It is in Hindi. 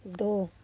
दो